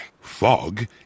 Fog